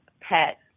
pet